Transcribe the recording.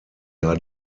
are